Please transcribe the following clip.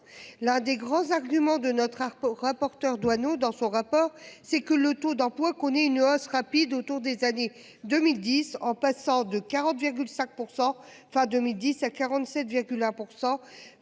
l'un des grands arguments de notre Harper rapporteur doit nous dans son rapport, c'est que le taux d'emploi connaît une hausse rapide autour des années 2010 en passant de 40 sac % fin 2010 à 47,1%